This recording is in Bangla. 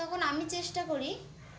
তখন আমি চেষ্টা করি